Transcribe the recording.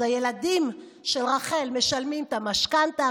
אז הילדים של רחל משלמים את המשכנתה,